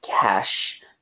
Cash